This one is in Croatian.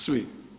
Svi!